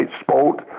sport